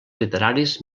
literaris